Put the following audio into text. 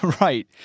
Right